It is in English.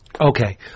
Okay